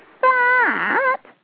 fat